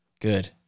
Good